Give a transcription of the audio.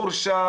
הורשע